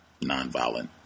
nonviolent